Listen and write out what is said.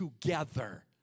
together